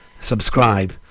subscribe